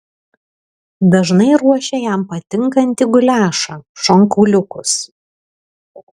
dažnai ruošia jam patinkantį guliašą šonkauliukus